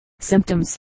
Symptoms